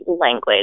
language